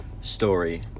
Story